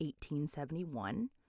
1871